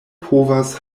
povas